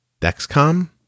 Dexcom